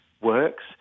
works